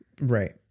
Right